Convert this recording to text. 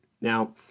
Now